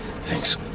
Thanks